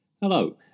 Hello